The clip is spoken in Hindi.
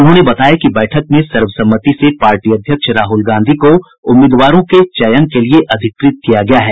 उन्होंने बताया कि बैठक में सर्वसम्मति से पार्टी अध्यक्ष राहुल गांधी को उम्मीदवारों के चयन के लिये अधिकृत किया गया है